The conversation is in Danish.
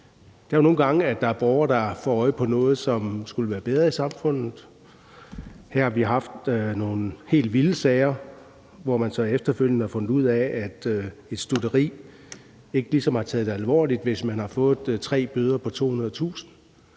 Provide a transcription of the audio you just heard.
sker jo nogle gange, at der er borgere, der får øje på noget, som skulle være bedre i samfundet. Her har vi haft nogle helt vilde sager, hvor man så efterfølgende har fundet ud af, at et stutteri ligesom ikke har taget det alvorligt, hvis de har fået tre bøder på 200.000